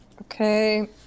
Okay